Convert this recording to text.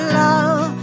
love